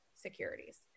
securities